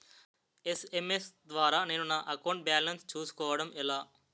SMS ద్వారా నేను నా అకౌంట్ బాలన్స్ చూసుకోవడం ఎలా?